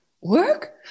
Work